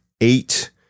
eight